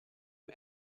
mrt